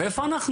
איפה אנחנו?